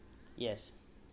yes